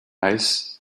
eyes